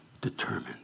determined